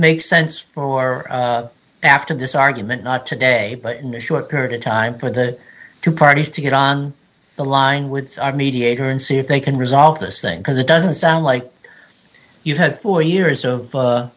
make sense for after this argument not today in a short period of time for the two parties to get on the line with a mediator and see if they can resolve this thing because it doesn't sound like you had four years of